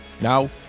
Now